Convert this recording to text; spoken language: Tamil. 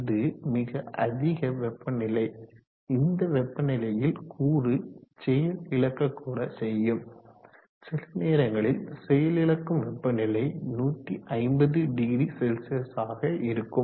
இது மிக அதிக வெப்பநிலை இந்த வெப்பநிலையில் கூறு செயல் இழக்க கூட செய்யும் சில நேரங்களில் செயல் இழக்கும் வெப்பநிலை 1500C ஆக இருக்கும்